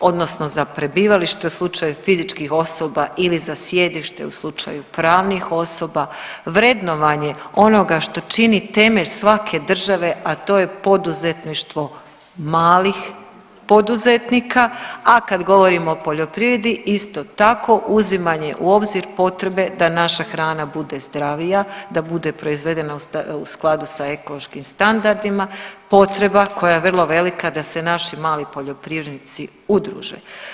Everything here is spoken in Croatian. odnosno za prebivalište u slučaju fizičkih osoba ili za sjedište u slučaju pravnih osoba, vrednovanje onoga što čini temelj svake države a to je poduzetništvo malih poduzetnika, a kad govorimo o poljoprivredi isto tako uzimanje u obzir potrebe da naša hrana bude zdravija, da bude proizvedena u skladu sa ekološkim standardima, potreba koja je vrlo velika da se naši mali poljoprivrednici udruže.